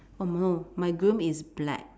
oh no my groom is black